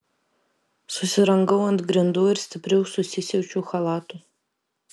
susirangau ant grindų ir stipriau susisiaučiu chalatu